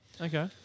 Okay